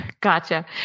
Gotcha